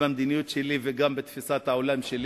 את המדיניות שלי ואת תפיסת העולם שלי,